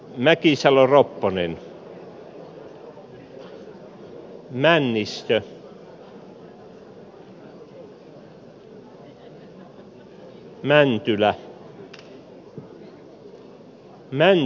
äänestyksen tulos luetaan